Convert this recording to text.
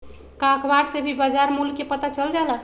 का अखबार से भी बजार मूल्य के पता चल जाला?